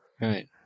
Right